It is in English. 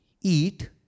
eat